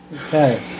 Okay